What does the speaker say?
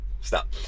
Stop